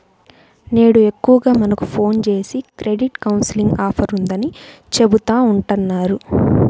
నేడు ఎక్కువగా మనకు ఫోన్ జేసి క్రెడిట్ కౌన్సిలింగ్ ఆఫర్ ఉందని చెబుతా ఉంటన్నారు